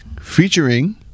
Featuring